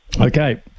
Okay